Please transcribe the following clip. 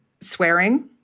swearing